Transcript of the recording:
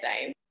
time